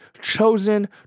chosen